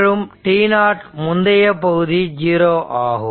மற்றும் t0 முந்தைய பகுதி 0 ஆகும்